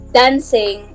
dancing